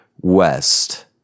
west